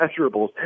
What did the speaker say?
measurables